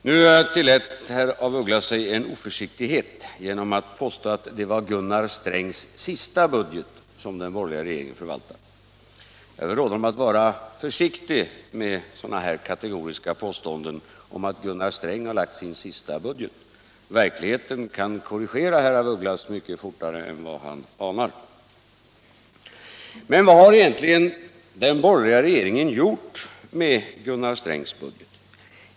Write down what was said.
Nu tillät sig herr af Ugglas en oförsiktighet genom att påstå att det var Gunnar Strängs sista budget som den borgerliga regeringen förvaltar. Jag vill råda herr af Ugglas att vara försiktig med sådana kategoriska påståenden som att Gunnar Sträng har framlagt sin sista budget. Verkligheten kan korrigera herr af Ugglas mycket fortare än han anar. Men vad har egentligen den borgerliga regeringen gjort med Gunnar Strängs budget?